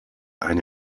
eine